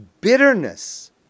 bitterness